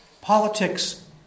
Politics